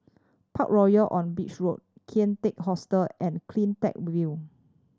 Parkroyal on Beach Road Kian Teck Hostel and Cleantech View